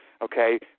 okay